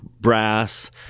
brass